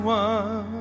one